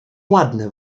ładne